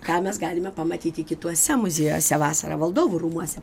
ką mes galime pamatyti kituose muziejuose vasarą valdovų rūmuose